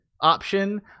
option